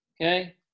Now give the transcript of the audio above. Okay